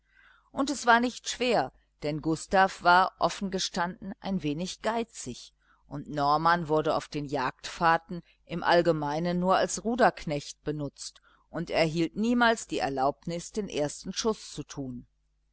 und es war nicht schwer denn gustav war offengestanden ein wenig geizig und norman wurde auf den jagdfahrten im allgemeinen nur als ruderknecht benutzt und erhielt niemals die erlaubnis den ersten schuß zu tun